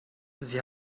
sie